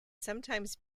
sometimes